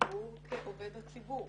הציבור כעובד הציבור,